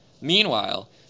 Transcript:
Meanwhile